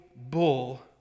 bull